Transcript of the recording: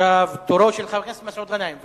עכשיו תורו של חבר הכנסת מסעוד גנאים.